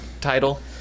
title